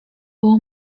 było